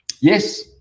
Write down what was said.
yes